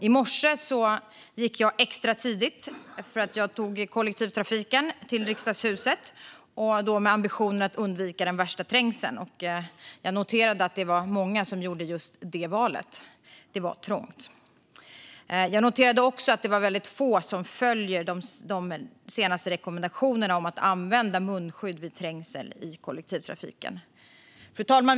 I morse åkte jag åkte extra tidigt med kollektivtrafiken till Riksdagshuset med ambitionen att undvika den värsta trängseln. Jag noterade att det var många som gjorde det valet - det var trångt. Jag noterade också att det var väldigt få som följde de senaste rekommendationerna om att använda munskydd vid trängsel i kollektivtrafiken. Fru talman!